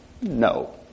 No